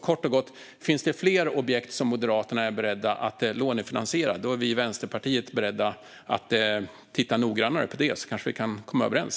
Kort och gott: Finns det fler objekt som Moderaterna är beredda att lånefinansiera är vi i Vänsterpartiet beredda att titta noggrannare på det. Vi kanske kan komma överens.